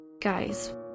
Guys